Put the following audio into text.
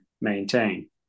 maintain